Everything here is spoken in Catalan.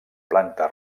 planta